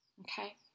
okay